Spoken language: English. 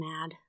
mad